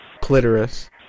Clitoris